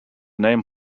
name